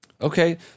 Okay